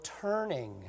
turning